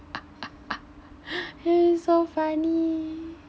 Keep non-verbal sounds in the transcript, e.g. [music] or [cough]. [laughs] so funny